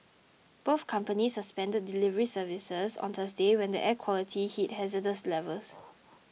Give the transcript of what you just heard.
both companies suspended delivery service on Thursday when the air quality hit hazardous levels